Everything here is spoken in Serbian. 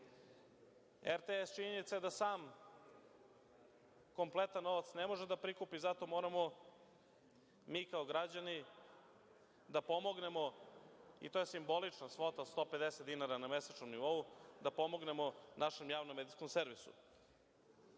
plati. Činjenica je da RTS sam kompletan novac ne može da prikupi. Zato moramo mi kao građani da pomognemo, i to je simbolična svota od 150 dinara na mesečnom nivou, da pomognemo našem javnom medijskom servisu. Govorili